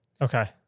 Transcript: okay